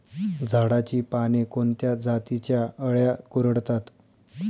झाडाची पाने कोणत्या जातीच्या अळ्या कुरडतात?